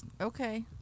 okay